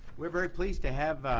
we are very pleased to have